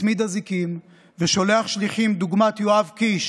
מצמיד אזיקים ושולח שליחים דוגמת יואב קיש